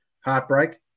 heartbreak